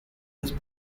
his